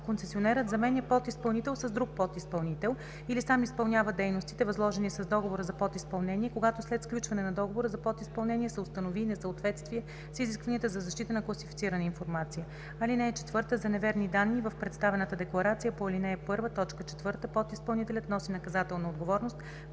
Концесионерът заменя подизпълнител с друг подизпълнител или сам изпълнява дейностите, възложени с договора за подизпълнение, когато след сключване на договора за подизпълнение се установи несъответствие с изискванията за защита на класифицираната информация. (4) За неверни данни в представената декларация по ал. 1, т. 4 подизпълнителят носи наказателна отговорност